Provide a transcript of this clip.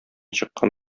чыккан